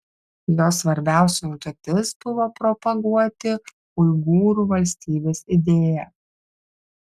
jo svarbiausia užduotis buvo propaguoti uigūrų valstybės idėją